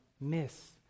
miss